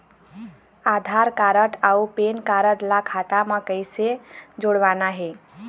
आधार card अऊ PAN card ला खाता म कइसे जोड़वाना हे?